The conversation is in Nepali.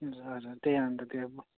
ए हजुर त्यही अन्त त्यो